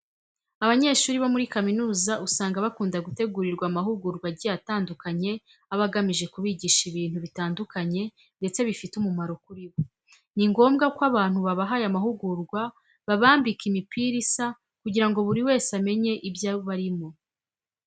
Abanyeshuri bo muri kaminuza usanga bakunda gutegurirwa amahugurwa agiye atandukanye aba agamije kubigisha ibintu bitanduanye ndetse bifite umumaro kuri bo. Ni ngombwa ko abantu babaha aya mahugurwa babambika imipira isa kugira ngo buri wese amenye ibyo barimo.